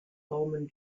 daumen